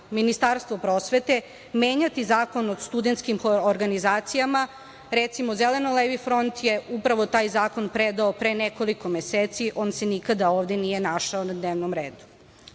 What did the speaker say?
Ministarstvo prosvete menjati Zakon o studentskim organizacijama, recimo Zeleno-levi front je upravo taj zakon predao pre nekoliko meseci, on se nikada nije ovde našao na dnevnom